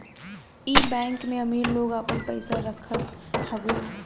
इ बैंक में अमीर लोग आपन पईसा रखत हवे